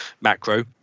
Macro